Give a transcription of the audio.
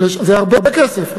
זה הרבה כסף.